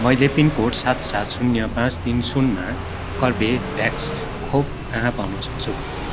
मैले पिनकोड सात सात शून्य पाँच तिन शून्यमा कर्बेभ्याक्स खोप कहाँ पाउन सक्छु